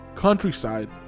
countryside